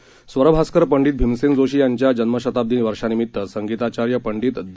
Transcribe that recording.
स्वरभास्कर पंडित भीमसेन जोशी यांच्या जन्मशताब्दी वर्षांनिमित्त संगीताचार्य पंडित द